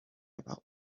about